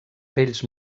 pells